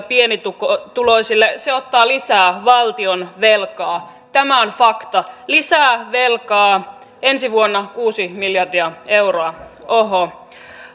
pienituloisille se ottaa lisää valtionvelkaa tämä on fakta lisää velkaa ensi vuonna kuusi miljardia euroa oho